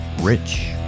Rich